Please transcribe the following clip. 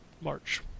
March